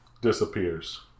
disappears